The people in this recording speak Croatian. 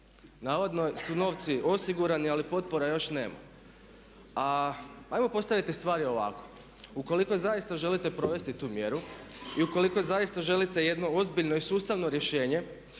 Navodno su novci osigurani ali potpora još nema. A, pa evo postavite stvari ovako. Ukoliko zaista želite provesti tu mjeru i ukoliko zaista želite jedno ozbiljno i sustavno rješenje,